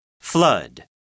Flood